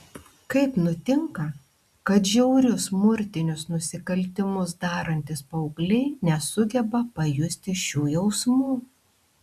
kaip nutinka kad žiaurius smurtinius nusikaltimus darantys paaugliai nesugeba pajusti šių jausmų